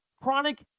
Chronic